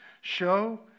show